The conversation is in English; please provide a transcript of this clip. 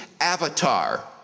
Avatar